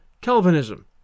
Calvinism